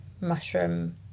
mushroom